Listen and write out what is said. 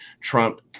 Trump